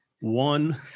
one